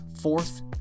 Fourth